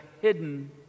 hidden